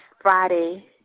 Friday